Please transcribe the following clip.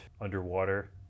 underwater